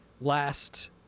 last